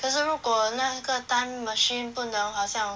可是如果那个 time machine 不能好像